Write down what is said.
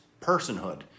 personhood